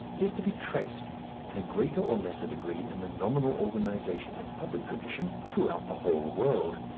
is to be traced in a greater or lesser degree in the nominal organization and public tradition throughout the whole world.